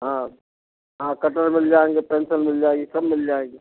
हाँ हाँ कटर मिल जाएंगे पेंसिल मिल जाएगी सब मिल जाएंगे